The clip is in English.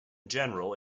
general